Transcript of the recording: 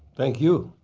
thank you.